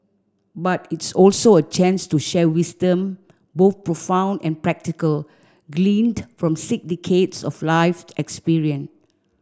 but it's also a chance to share wisdom both profound and practical gleaned from six decades of lived experience